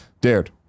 Dared